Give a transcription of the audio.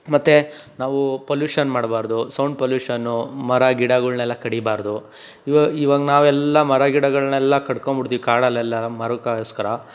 ಮತ್ತು ನಾವು ಪೊಲ್ಯೂಷನ್ ಮಾಡಬಾರದು ಸೌಂಡ್ ಪೊಲ್ಯೂಷನ್ ಮರ ಗಿಡಗಳನ್ನೆಲ್ಲ ಕಡಿಯಬಾರದು ಈವಾ ಇವಾಗ್ ನಾವೆಲ್ಲ ಮರ ಗಿಡಗಳನ್ನೆಲ್ಲ ಕಡ್ಕೊಂಡು ಬಿಡ್ತೀವಿ ಕಾಡಲ್ಲೆಲ್ಲ ಮರಕ್ಕೋಸ್ಕರ